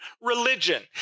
religion